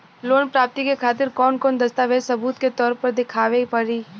Loan प्राप्ति के खातिर कौन कौन दस्तावेज सबूत के तौर पर देखावे परी?